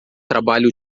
trabalho